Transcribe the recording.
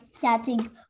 chatting